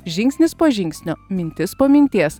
žingsnis po žingsnio mintis po minties